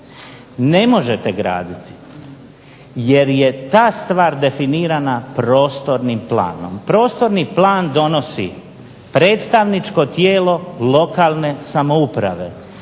Ne možete graditi jer je ta stvar definirana prostornim planom. Prostorni plan donosi predstavničko tijelo lokalne samouprave